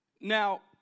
Now